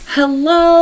Hello